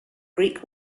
greek